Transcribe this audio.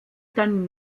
dann